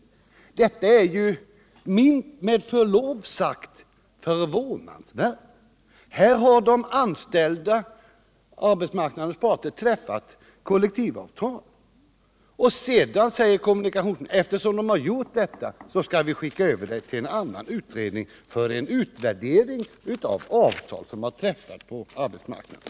Detta är med förlov sagt förvånansvärt. Här har arbetsmarknadens parter träffat en kollektivuppgörelse, och sedan säger kommunikationsministern att eftersom de har gjort detta skall betänkandet skickas över till en annan utredning för en utvärdering beträffande de avtal som träffats på arbetsmarknaden.